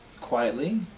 quietly